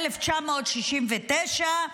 1969,